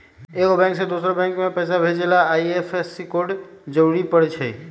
एगो बैंक से दोसर बैंक मे पैसा भेजे ला आई.एफ.एस.सी कोड जरूरी परई छई